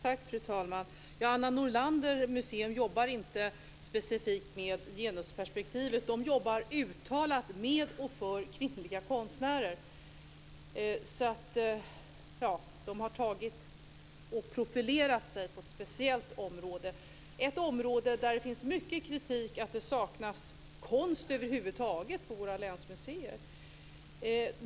Fru talman! På Anna Nordlander Museum jobbar man inte specifikt med genusperspektivet; man jobbar uttalat med och för kvinnliga konstnärer. Man har profilerat sig på ett speciellt område, ett område där det finns mycket kritik: det saknas konst över huvud taget på våra länsmuseer.